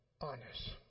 honest